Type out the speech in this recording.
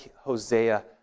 Hosea